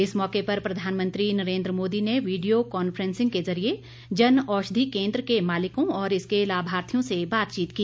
इस मौके पर प्रधानमंत्री नरेन्द्र मोदी ने वीडियो कांफ्रेंसिंग के जरिए जनऔषधि केन्द्र के मालिकों और इसके लाभार्थियों से बातचीत की